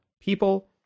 people